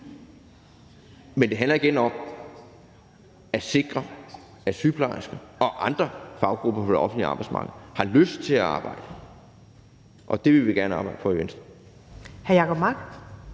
Men det handler igen om at sikre, at sygeplejersker og andre faggrupper på det offentlige arbejdsmarked har lyst til at arbejde, og det vil vi gerne arbejde for i Venstre.